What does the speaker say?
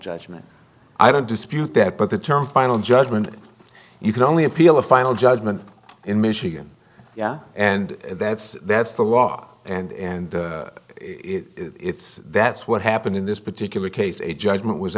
judgment i don't dispute that but the term final judgement you can only appeal a final judgment in michigan yeah and that's that's the law and it's that's what happened in this particular case a judgment was